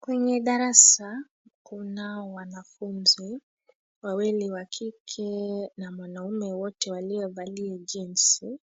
Kwenye darasa kunao wanafunzi wawili wa kike na mwanaume wote waliovalia jeansi .